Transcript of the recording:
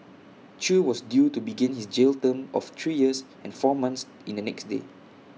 chew was due to begin his jail term of three years and four months in the next day